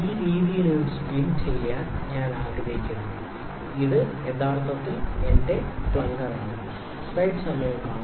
ഈ രീതിയിൽ ഇത് സ്പിൻ ചെയ്യാൻ ഞാൻ ആഗ്രഹിക്കുന്നു ഇത് യഥാർത്ഥത്തിൽ എന്റെ പ്ലങ്കറാണ്